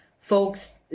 folks